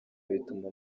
bituma